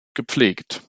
gepflegt